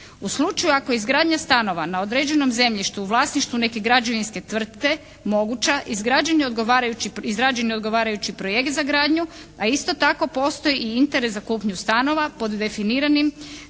U slučaju ako izgradnja stanova na određenom zemljištu u vlasništvu neke građevinske tvrtke mogući izrađeni odgovarajući projekt za gradnju, a isto tako postoji i interes za kupnju stanova pod definiranim